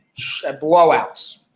blowouts